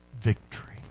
victory